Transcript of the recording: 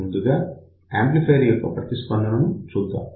ముందుగా యాంప్లిఫయర్ యొక్క ప్రతిస్పందన చూద్దాం